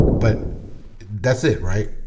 but that's it, right?